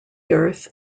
earth